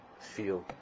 feel